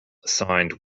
signed